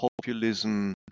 populism